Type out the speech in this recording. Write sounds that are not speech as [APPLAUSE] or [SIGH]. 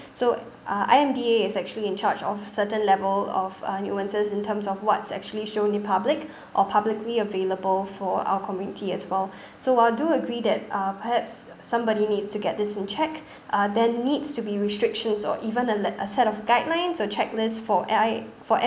so uh I_M_D_A is actually in charge of certain level of uh nuances in terms of what's actually shown in public [BREATH] or publicly available for our community as well [BREATH] so while I do agree that uh perhaps somebody needs to get this in check uh there needs to be restrictions or even a le~ a set of guidelines or checklist for A_I for